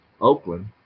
Oakland